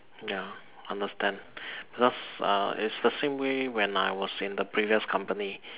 ya understand because uh is the same way when I was in the previous company